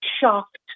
shocked